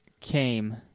came